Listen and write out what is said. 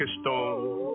stone